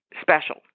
special